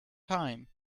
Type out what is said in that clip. time